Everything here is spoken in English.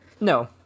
No